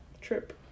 trip